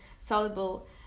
soluble